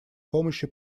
помощи